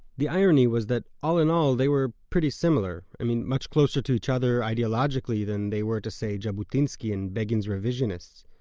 the irony was that all in all, they were pretty similar, much closer to each other, ideologically, than they were to say jabotinsky and begin's revisionists.